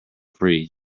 free